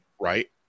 right